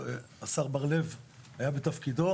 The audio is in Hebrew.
כשהשר בר לב עוד היה בתפקידו,